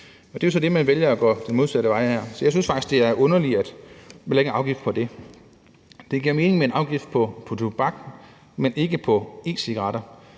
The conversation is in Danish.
Der vælger man så at gå den modsatte vej her. Så jeg synes faktisk, at det er underligt, at man lægger en afgift på det. Det giver mening med en afgift på tobak, men ikke en på e-cigaretter